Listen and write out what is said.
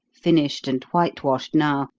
finished and whitewashed now,